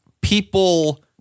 people